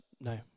no